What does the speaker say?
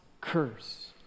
curse